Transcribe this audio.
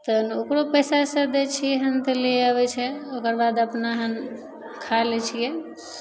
तहन ओकरो पइसा वइसा दै छिए हन तऽ लै आबै छै ओकर बाद अपना हन खा लै छिए